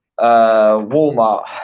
Walmart